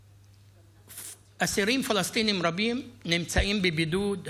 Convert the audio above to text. אסירים פלסטינים רבים נמצאים בבידוד,